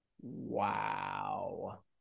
wow